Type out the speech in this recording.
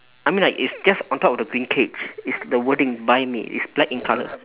I mean like it's just on top of the green cage it's the wording buy me it's black in colour